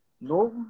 no